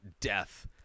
death